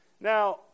Now